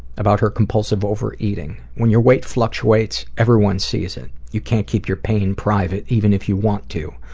about her compulsive overeating when your weight fluctuates everyone sees it. you can't keep your pain private, even if you want to.